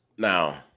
Now